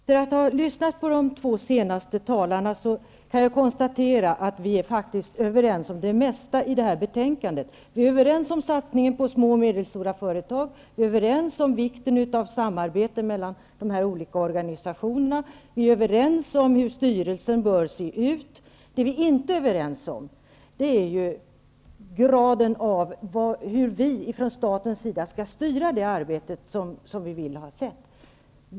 Herr talman! Efter att ha lyssnat till de två senaste talarna kan jag konstatera att vi faktiskt är överens om det mesta i det här betänkandet. Vi är överens om satsningen på små och medelstora företag, om vikten av samarbete mellan de olika organisationerna och om hur styrelsen bör se ut. Men vi är inte överens om graden av den statliga styrningen av arbetet som vi vill se utfört.